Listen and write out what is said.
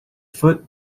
foot